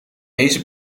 deze